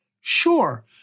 Sure